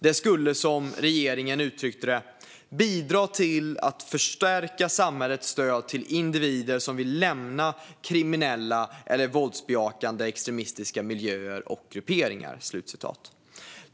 Det skulle, som regeringen uttryckte det, "bidra till att förstärka samhällets stöd till individer som vill lämna kriminella eller våldsbejakande extremistiska miljöer och grupperingar".